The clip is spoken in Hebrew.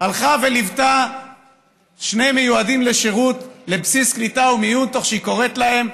הלכה וליוותה שני מיועדים לשירות בבסיס קליטה ומיון תוך שהיא קוראת להם,